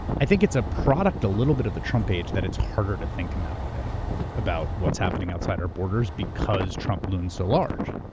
i think it's a product a little bit of the trump age that it's harder to think in that way about what's happening outside our borders, because trump looms so large.